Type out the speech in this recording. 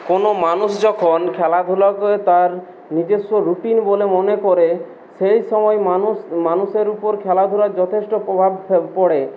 কোনো মানুষ যখন খেলাধূলাকে তার নিজস্ব রুটিন বলে মনে করে সেই সময় মানুষ মানুষের উপর খেলাধূলার যথেষ্ট প্রভাব পড়ে